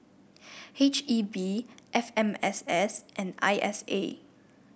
H E B F M S S and I S A